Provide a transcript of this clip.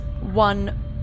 one